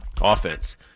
Offense